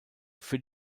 für